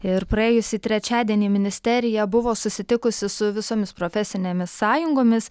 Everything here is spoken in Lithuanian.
ir praėjusį trečiadienį ministerija buvo susitikusi su visomis profesinėmis sąjungomis